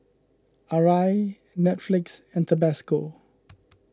Arai Netflix and Tabasco